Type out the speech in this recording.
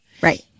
Right